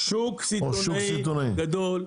שוק סיטונאי גדול.